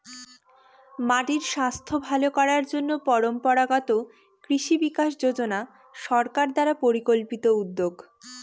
মাটির স্বাস্থ্য ভালো করার জন্য পরম্পরাগত কৃষি বিকাশ যোজনা সরকার দ্বারা পরিকল্পিত উদ্যোগ